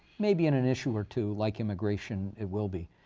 maybe in an issue or two, like immigration, it will be.